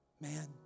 Man